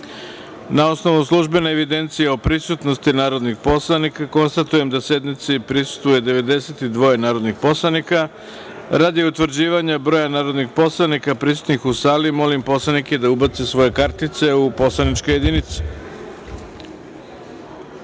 osnovu službene evidencije o prisutnosti narodnih poslanika, konstatujem da sednici prisustvuje 92 narodnih poslanika. Radi utvrđivanja broja narodnih poslanika prisutnih u sali, molim poslanike da ubace svoje identifikacione kartice u poslaničke jedinice. Ako